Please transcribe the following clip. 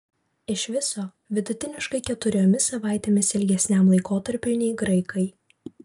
iš viso vidutiniškai keturiomis savaitėmis ilgesniam laikotarpiui nei graikai